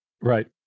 Right